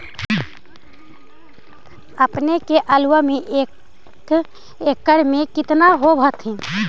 अपने के आलुआ एक एकड़ मे कितना होब होत्थिन?